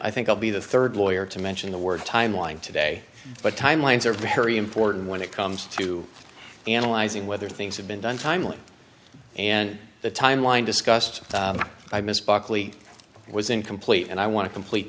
i think i'll be the rd lawyer to mention the word timeline today but timelines are very important when it comes to analyzing whether things have been done timely and the timeline discussed i miss buckley was incomplete and i want to complete